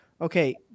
Okay